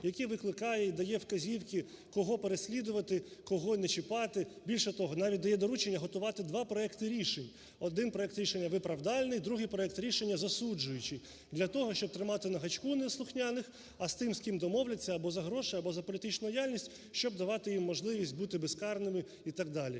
який викликає і дає вказівки, кого переслідувати, кого не чіпати. Більше того, навіть дає доручення готувати два проекти рішень: один проект рішення - виправдальний, другий проект рішення – засуджуючий, - для того щоб тримати на гачку неслухняних. А з тим, з ким домовляться або за гроші, або за політичну лояльність, щоб давати їм можливість бути безкарними, і так далі.